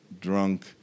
drunk